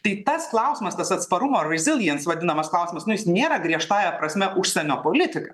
tai tas klausimas tas atsparumo riziljens vadinamas klausimas nu jis nėra griežtąja prasme užsienio politika